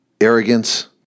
arrogance